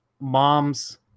mom's